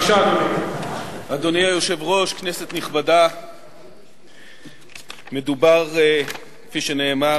אדוני היושב-ראש, כנסת נכבדה, מדובר, כפי שנאמר,